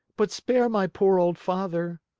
but spare my poor old father.